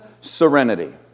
Serenity